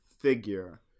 figure